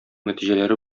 нәтиҗәләре